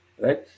Right